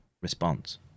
response